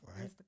right